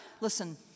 Listen